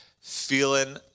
feeling